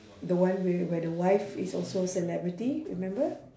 the one wi~ where the wife is also a celebrity remember